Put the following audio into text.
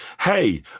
hey